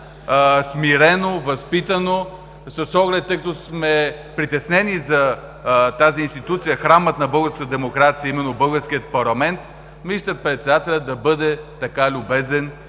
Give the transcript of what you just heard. смирено, възпитано, тъй като сме притеснени за тази институция – храмът на българската демокрация, а именно българският парламент – министър-председателят да бъде така любезен